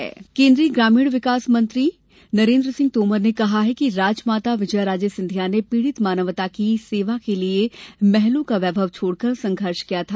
विजयाराजे जन्मशताब्दी केंद्रीय ग्रामीण विकास मंत्री नरेंद्र सिंह तोमर ने कहा है कि राजमाता विजयाराजे सिंधिया ने पीड़ित मानवता की सेवा के लिए महलों का वैभव छोड़कर संघर्ष किया था